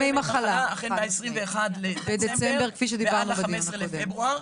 וגם ימי מחלה החל מה-21 בדצמבר ועד ל-15 בפברואר.